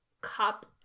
cup